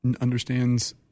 understands